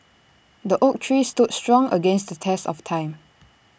the oak tree stood strong against the test of time